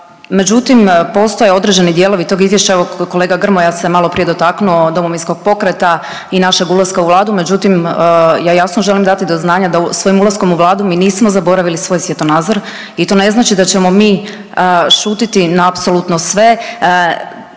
Međutim, postoje određeni dijelovi tog izvješća, evo kolega Grmoja se maloprije dotaknuo Domovinskog pokreta i našeg ulaska u Vladu, međutim ja jasno želim dati do znanja da svojim ulaskom u Vladu mi nismo zaboravili svoj svjetonazor i to ne znači da ćemo mi šutiti na apsolutno sve,